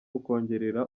ukongerera